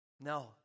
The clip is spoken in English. No